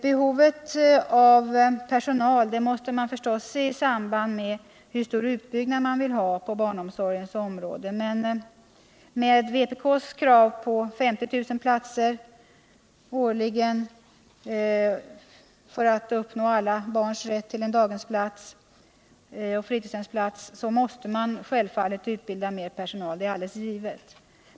Behovet av personal måste givetvis ses i samband med hur stor utbyggnad man vill ha på barnomsorgens område. Med vpk:s krav att 50 000 platser årligen skall byggas för att tillgodose kravet på alla barns rätt till en daghemseller fritidshemsplats måste man utbilda mer personal. Det är alldeles givet.